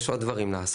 יש עוד דברים לעשות.